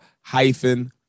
hyphen